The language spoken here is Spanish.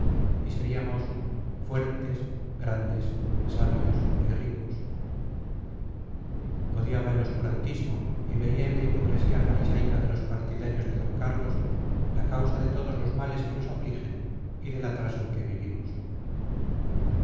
y seríamos fuertes grandes sabios y ricos odiaba el obscurantismo y veía en la hipocresía farisaica de los partidarios de d carlos la causa de todos los males que nos afligen y del atraso en que vivimos